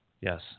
Yes